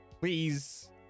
please